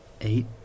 eight